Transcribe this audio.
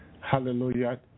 Hallelujah